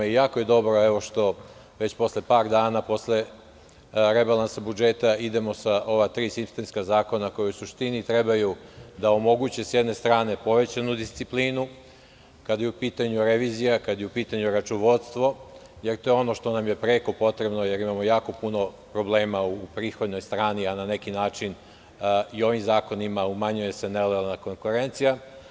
Jako je dobro što posle par dana posle rebalansa budžeta idemo sa ova tri sistemska zakona koji, u suštini, s jedne strane treba da omoguće povećanu disciplinu kada je u pitanju revizija i kada je u pitanju računovodstvo, jer je to ono što nam je preko potrebno pošto imamo jako puno problema u prihodnoj strani, a na neki način se ovim zakonima umanjuje nelojalna konkurencija.